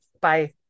Bye